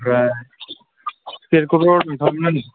अ टिकेखौथ' मोनखागोन